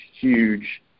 huge